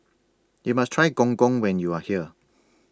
YOU must Try Gong Gong when YOU Are here